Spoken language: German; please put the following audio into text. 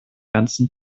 ganzen